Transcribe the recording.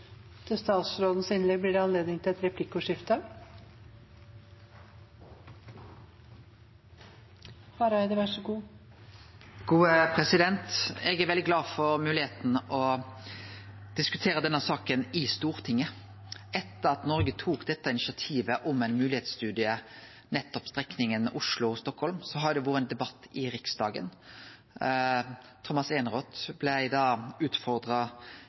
Eg er veldig glad for moglegheita til å diskutere denne saka i Stortinget. Etter at Noreg tok dette initiativet om ein moglegheitsstudie for nettopp strekninga Oslo–Stockholm, har det vore ein debatt i Riksdagen. Tomas Eneroth blei da utfordra